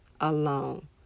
alone